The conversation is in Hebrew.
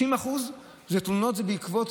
90% זה תלונות בעקבות,